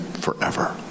forever